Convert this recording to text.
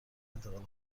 انتقال